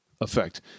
effect